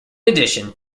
addition